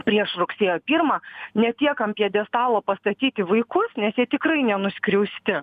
prieš rugsėjo pirmą ne tiek ant pjedestalo pastatyti vaikus nes jie tikrai nenuskriausti